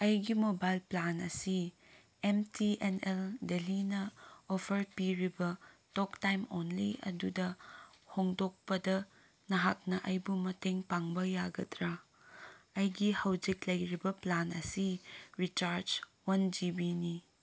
ꯑꯩꯒꯤ mobile plan ꯑꯁꯤ M T N L ꯗꯦꯜꯂꯤꯅ ꯑꯣꯐꯔ ꯄꯤꯔꯤꯕ ꯇꯣꯛ ꯇꯥꯏꯝ ꯑꯣꯟꯂꯤ ꯑꯗꯨꯗ ꯍꯣꯡꯗꯣꯛꯄꯗ ꯅꯍꯥꯛꯅ ꯑꯩꯕꯨ ꯃꯇꯦꯡ ꯄꯥꯡꯕ ꯌꯥꯒꯗ꯭ꯔꯥ ꯑꯩꯒꯤ ꯍꯧꯖꯤꯛ ꯂꯩꯔꯤꯕ ꯄ꯭ꯂꯥꯟ ꯑꯁꯤ ꯔꯤꯆꯥꯔꯖ ꯋꯥꯟ ꯖꯤ ꯕꯤꯅꯤ